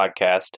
podcast